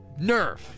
Nerf